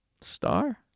Star